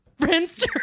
Friendster